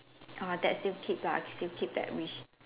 uh that still keep ah still keep that wish